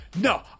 no